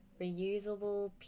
reusable